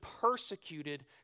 persecuted